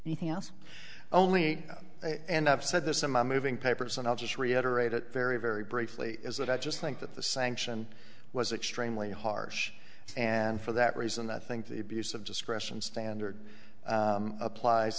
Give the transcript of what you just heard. anything else only and i've said this in my moving papers and i'll just reiterate it very very briefly is that i just think that the sanction was extremely harsh and for that reason i think the abuse of discretion standard applies